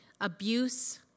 abuse